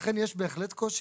לכן יש בהחלט קושי.